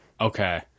Okay